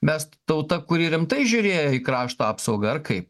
mes tauta kuri rimtai žiūrėjo į krašto apsaugą ar kai